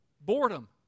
boredom